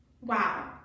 Wow